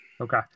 Okay